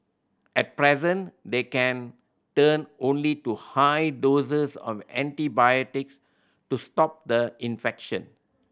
at present they can turn only to high doses of antibiotics to stop the infection